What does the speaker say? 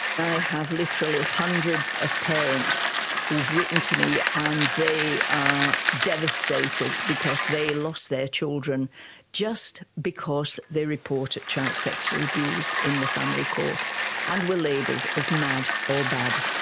i have literally hundreds of parents who've written to me and they are devastated because they lost their children just because they reported child sexual abuse in the family court and were labelled as mad or bad.